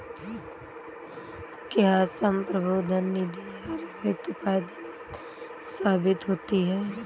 क्या संप्रभु धन निधि हर वक्त फायदेमंद साबित होती है?